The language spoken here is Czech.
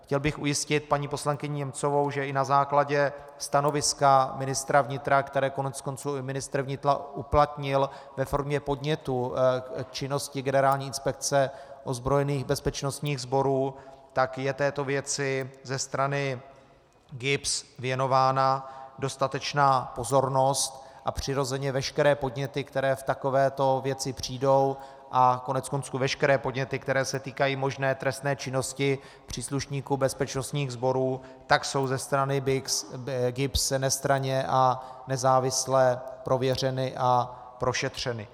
Chtěl bych ujistit paní poslankyni Němcovou, že i na základě stanoviska ministra vnitra, které koneckonců i ministr vnitra uplatnil ve formě podnětu k činnosti Generální inspekce ozbrojených bezpečnostních sborů, je této věci ze strany GIBS věnována dostatečná pozornost, a přirozeně veškeré podněty, které v takovéto věci přijdou, a koneckonců veškeré podněty, které se týkají možné trestné činnosti příslušníků bezpečnostních sborů, jsou ze strany GIBS nestranně a nezávisle prověřeny a prošetřeny.